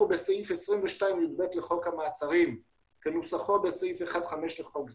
בסעיף 22 יב לחוק המעצרים בנוסחו בסעיף 1(5) לחוק זה,